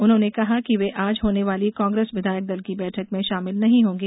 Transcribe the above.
उन्होंने कहा कि वे आज होने वाली कांग्रेस विधायक दल की बैठक में शामिल नहीं होंगे